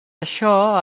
això